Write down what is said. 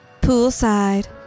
Poolside